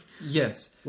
Yes